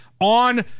on